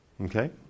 Okay